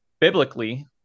Biblically